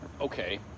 Okay